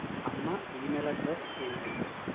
అమ్మ email address ఏమిటి